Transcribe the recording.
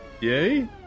Yay